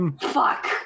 Fuck